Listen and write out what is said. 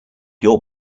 your